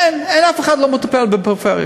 אין, אף אחד לא מטפל בפריפריה.